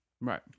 Right